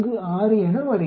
46 என வருகிறது